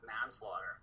manslaughter